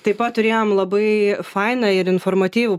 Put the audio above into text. taip pat turėjom labai fainą ir informatyvų